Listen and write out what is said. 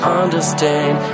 understand